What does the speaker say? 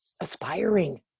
aspiring